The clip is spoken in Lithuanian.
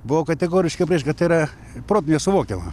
buvau kategoriškai prieš bet yra protu nesuvokiama